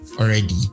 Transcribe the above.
already